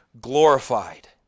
glorified